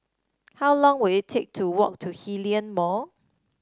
how long will it take to walk to Hillion Mall